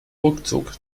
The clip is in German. ruckzuck